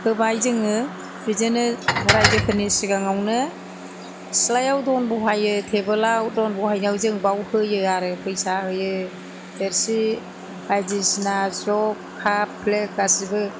होबाय जोङो बिदिनो रायजोफोरनि सिगांआवनो सितलाआव दन बहायो थेबोलाव दन बहायनायाव जों बेयाव होयो आरो फैसा होयो थोरसि बायदिसिना जग काप प्लेट गासिबो